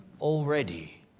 already